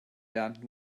lernt